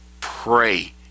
pray